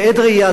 אדוני השר,